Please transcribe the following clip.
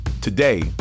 Today